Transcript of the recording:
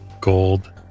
gold